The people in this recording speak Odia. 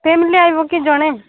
ଫ୍ୟାମିଲି ଆସିବ କିି ଜଣେ